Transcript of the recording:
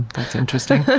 that's interesting.